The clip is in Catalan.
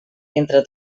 entre